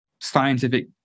scientific